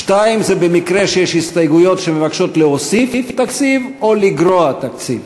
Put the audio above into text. שתיים זה במקרה שיש הסתייגויות שמבקשות להוסיף תקציב או לגרוע תקציב,